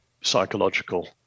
psychological